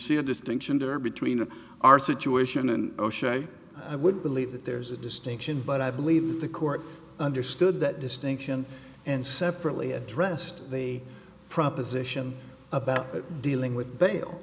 see a distinction there between our situation and o'shea i would believe that there's a distinction but i believe that the court understood that distinction and separately addressed the proposition about dealing with bail